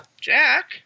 Jack